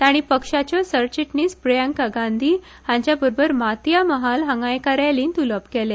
ताणी पक्षाच्यो सरचिटणीस प्रियंका गांधी हांच्याबरोबर मातीया महाल हांगा एका रॅलीत उलोवप केले